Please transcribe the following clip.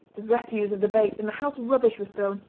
the refuse of the bait, and the house rubbish was thrown,